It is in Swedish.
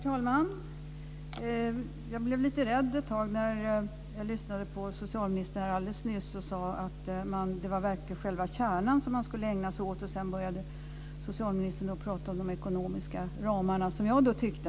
Herr talman! Jag blev lite rädd ett tag när jag lyssnade på socialministern. Alldeles nyss sade han att det var själva kärnan som man skulle ägna sig åt, och sedan började han prata om de ekonomiska ramarna.